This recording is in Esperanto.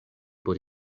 por